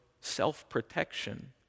self-protection